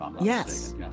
Yes